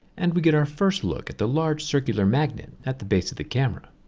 and we get our first look at the large circular magnet at the base of the camera.